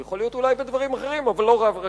הוא אולי יכול להיות הרבה דברים אחרים אבל לא רב ראשי.